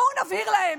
בואו נבהיר להם.